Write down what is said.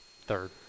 third